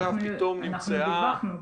אנחנו דיווחנו.